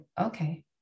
okay